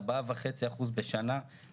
בקהילה והשירותים האלה גם היו עולים פחות,